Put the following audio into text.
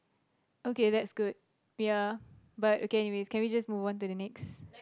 okay that's good ya but okay anyways can we just move on to the next